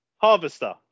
Harvester